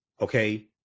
okay